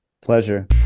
Pleasure